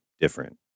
different